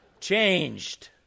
changed